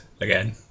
again